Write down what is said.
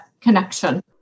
connection